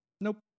nope